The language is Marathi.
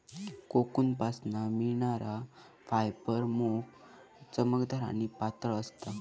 कोकूनपासना मिळणार फायबर मोप चमकदार आणि पातळ असता